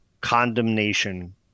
condemnation